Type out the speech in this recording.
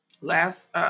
Last